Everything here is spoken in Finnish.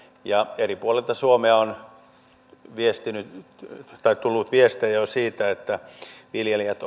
ja eri puolilta suomea on jo tullut viestejä siitä että viljelijät